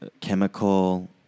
Chemical